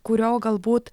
kurio galbūt